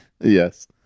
Yes